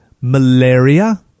malaria